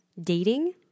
dating